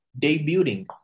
debuting